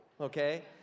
okay